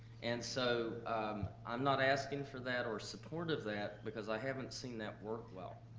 and so i'm not asking for that or support of that, because i haven't seen that work well.